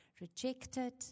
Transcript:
rejected